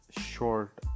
short